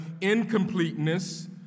incompleteness